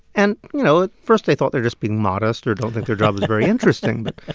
and, you know, at first i thought they're just being modest or don't think their job is very interesting, but,